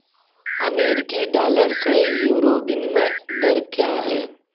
अमेरिकी डालर से यूरो विनिमय दर क्या है